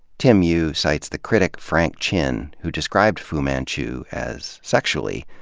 tim yu cites the critic frank chin, who described fu manchu as, sexually,